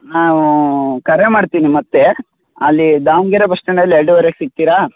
ನಾವು ಕರೆ ಮಾಡ್ತೀನಿ ಮತ್ತೆ ಅಲ್ಲಿ ದಾವಣಗೆರೆ ಬಸ್ ಸ್ಟ್ಯಾಂಡಲ್ಲಿ ಎರಡೂವರೆಗೆ ಸಿಗ್ತೀರಾ